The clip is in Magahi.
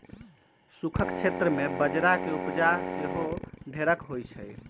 सूखक क्षेत्र में बजरा के उपजा सेहो ढेरेक होइ छइ